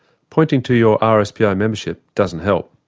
pointing to your ah rspo membership doesn't help.